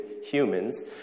humans